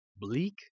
bleak